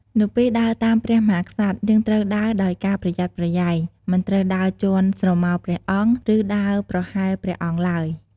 នៅពេលដើរតាមព្រះមហាក្សត្រ យើងត្រូវដើរដោយការប្រយ័ត្នប្រយែង មិនត្រូវដើរជាន់ស្រមោលព្រះអង្គ ឬដើរប្រហែលព្រះអង្គឡើយ។